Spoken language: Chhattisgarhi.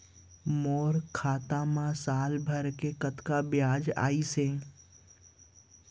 मोर खाता मा साल भर के कतका बियाज अइसे?